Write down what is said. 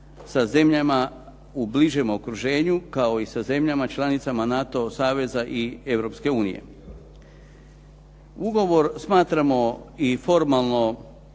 Ugovor smatramo i formalno